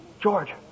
George